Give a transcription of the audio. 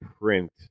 print